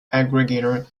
aggregator